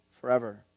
forever